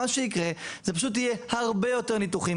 מה שיקרה זה שיהיה הרבה יותר ניתוחים.